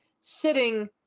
sitting